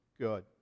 good